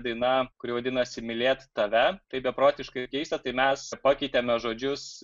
daina kuri vadinasi mylėt tave taip beprotiškai keista tai mes pakeitėme žodžius